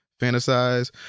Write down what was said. fantasize